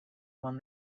one